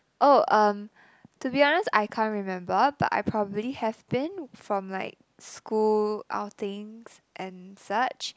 oh um to be honest I can't remember but I've probably have been from like school outings and such